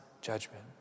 judgment